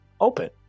open